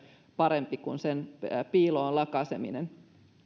parempi kuin sen piiloon lakaiseminen